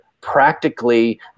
practically